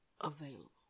available